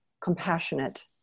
compassionate